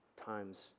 times